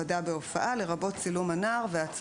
"הורה" - לרבות אפוטרופוס שמונה על פי דין.